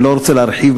אני לא רוצה להרחיב,